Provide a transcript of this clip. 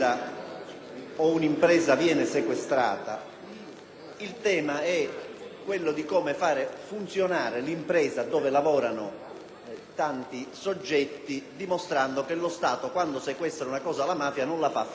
che si pone è come far funzionare un'impresa dove lavorano tanti soggetti dimostrando che lo Stato, quando sequestra un'impresa alla mafia, non la fa fallire e non fa perdere occupazione,